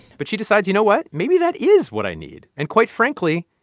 but she decides, you know what? maybe that is what i need. and quite frankly,